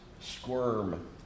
squirm